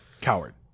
Coward